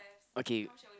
okay